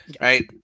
Right